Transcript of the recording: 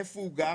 איפה הוא גר,